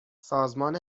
سازمان